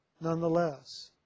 nonetheless